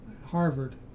Harvard